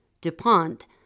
DuPont